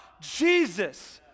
Jesus